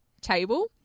table